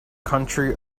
country